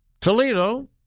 Toledo